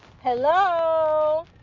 Hello